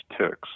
ticks